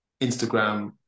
instagram